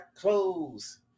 clothes